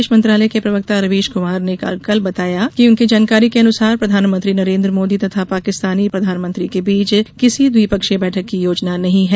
विदेश मंत्रालय के प्रवक्ता रवीश कुमार ने कल बताया कि मेरी जानकारी के अनुसार प्रधानमंत्री नरेन्द्र मोदी तथा पाकिस्तानी प्रधानमंत्री के बीच किसी द्विपक्षीय बैठक की योजना नहीं है